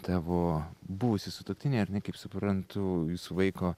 tavo buvusi sutuoktinė ar ne kaip suprantu jūsų vaiko